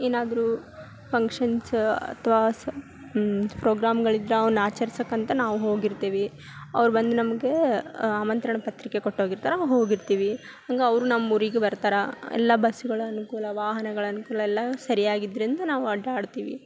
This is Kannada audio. ಏನಾದರು ಫಂಕ್ಷನ್ಸ್ ಅಥ್ವಾ ಸ ಫ್ರೋಗ್ರಾಮ್ಗಳಿದ್ರೆ ಅವ್ನ ಆಚರಿಸಕ್ಕಂಥ ನಾವು ಹೋಗಿರ್ತೇವಿ ಅವ್ರು ಬಂದು ನಮ್ಗೆ ಆಮಂತ್ರಣ ಪತ್ರಿಕೆ ಕೊಟ್ಟೋಗಿರ್ತಾರೆ ಅವಾಗ ಹೋಗಿರ್ತೀವಿ ಹಂಗೆ ಅವ್ರು ನಮ್ಮ ಊರಿಗೆ ಬರ್ತರ ಎಲ್ಲ ಬಸ್ಗಳ ಅನುಕೂಲ ವಾಹನಗಳ ಅನುಕೂಲ ಎಲ್ಲ ಸರಿಯಾಗಿದ್ದರಿಂದ ನಾವು ಅಡ್ಡಾಡ್ತೀವಿ